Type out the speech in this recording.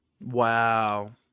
Wow